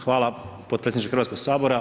Hvala potpredsjedniče Hrvatskog sabora.